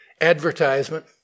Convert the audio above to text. advertisement